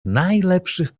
najlepszych